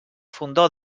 fondó